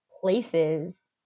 places